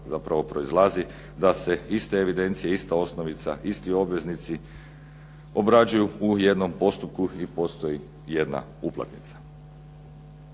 zapravo proizlazi da se iste evidencije ista osnovica, isti obveznici obrađuju u jednom postupku i postoji jedna uplatnica.